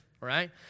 Right